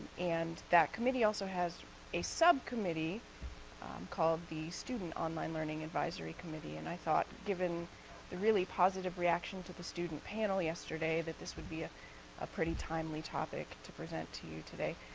and that committee also has a sub-committee called the student online learning advisory committee, and i thought given the really positive reaction to the student panel yesterday that this would be ah a pretty timely topic to present to you today.